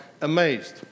amazed